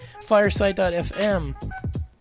fireside.fm